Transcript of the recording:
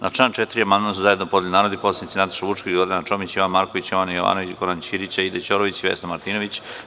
Na član 4. amandman su zajedno podneli narodni poslanici Nataša Vučković, Gordana Čomić, Jovan Marković, Jovana Jovanović, Goran Ćirić, Aida Ćorović, Vesna Martinović.